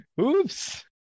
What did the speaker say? Oops